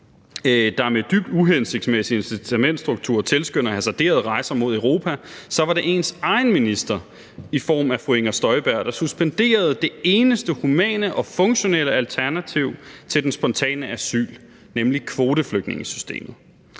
der med dybt uhensigtsmæssig incitamentstruktur tilskynder hasarderede rejser mod Europa, var det ens egen minister i form af fru Inger Støjberg, der suspenderede det eneste humane og funktionelle alternativ til den spontane asyl, nemlig kvoteflygtningesystemet.